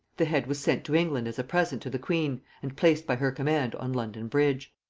the head was sent to england as a present to the queen, and placed by her command on london bridge.